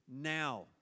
now